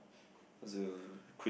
what was the equip